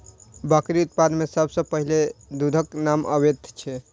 बकरी उत्पाद मे सभ सॅ पहिले दूधक नाम अबैत छै